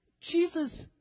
Jesus